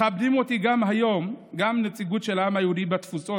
מכבדת אותי היום גם נציגות של העם היהודי בתפוצות.